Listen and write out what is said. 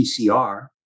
PCR